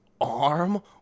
arm